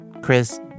Chris